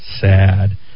sad